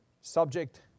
subject